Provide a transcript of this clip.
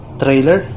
trailer